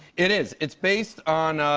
it is. it's based on.